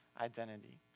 identity